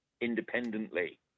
independently